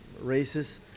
races